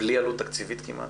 בלי עלות תקציבית כמעט,